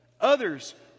others